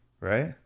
right